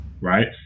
right